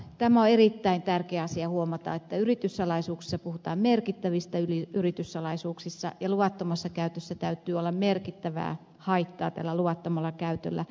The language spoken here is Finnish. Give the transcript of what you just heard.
tämä on erittäin tärkeä asia huomata että yrityssalaisuuksissa puhutaan merkittävistä yrityssalaisuuksista ja luvattomassa käytössä täytyy olla merkittävää haittaa tällä luvattomalla käytöllä